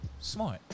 smart